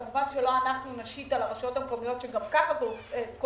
כמובן שלא אנחנו נשית על הרשויות המקומיות שגם ככה קורסות